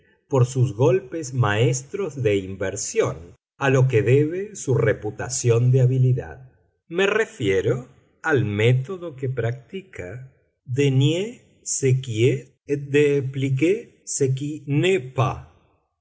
por sus golpes maestros de inversión a lo que debe su reputación de habilidad me refiero al método que practica de nier ce qui est et